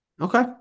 Okay